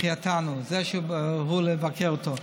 החייתני" מזה שבאו לבקר אותו.